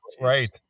Right